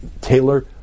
Taylor